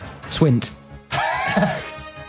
Swint